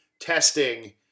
testing